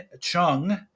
Chung